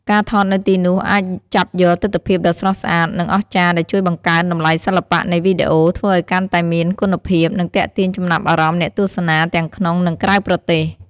ការថតនៅទីនោះអាចចាប់យកទិដ្ឋភាពដ៏ស្រស់ស្អាត និងអស្ចារ្យ ដែលជួយបង្កើនតម្លៃសិល្បៈនៃវីដេអូ ធ្វើឲ្យវាកាន់តែមានគុណភាព និងទាក់ទាញចំណាប់អារម្មណ៍អ្នកទស្សនាទាំងក្នុង និងក្រៅប្រទេស។